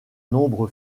nombre